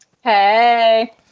Hey